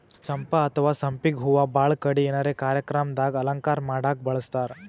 ಚಂಪಾ ಅಥವಾ ಸಂಪಿಗ್ ಹೂವಾ ಭಾಳ್ ಕಡಿ ಏನರೆ ಕಾರ್ಯಕ್ರಮ್ ದಾಗ್ ಅಲಂಕಾರ್ ಮಾಡಕ್ಕ್ ಬಳಸ್ತಾರ್